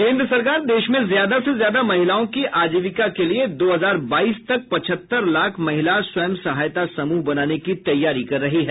केन्द्र सरकार देश में ज्यादा से ज्यादा महिलाओं की आजीविका के लिए दो हजार बाईस तक पचहत्तर लाख महिला स्व सहायता समूह बनाने की तैयारी कर रही है